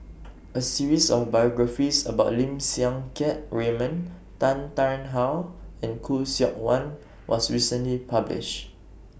A series of biographies about Lim Siang Keat Raymond Tan Tarn How and Khoo Seok Wan was recently published